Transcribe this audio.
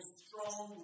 strong